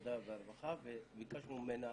העבודה והרווחה וביקשנו ממנה